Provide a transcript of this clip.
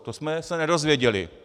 To jsme se nedozvěděli.